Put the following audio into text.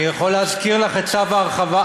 אני יכול להזכיר לך את צו ההרחבה,